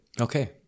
Okay